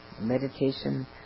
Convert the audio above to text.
meditation